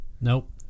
Nope